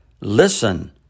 Listen